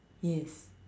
yes